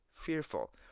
fearful